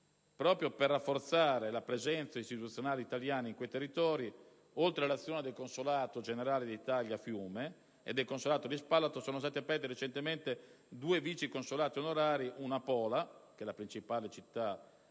Proprio per rafforzare la presenza istituzionale italiana in quei territori, oltre all'azione del consolato generale a Fiume e del consolato a Spalato, sono stati aperti recentemente due vice consolati onorari (a Pola, principale città istriana,